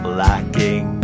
lacking